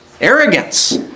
Arrogance